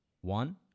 One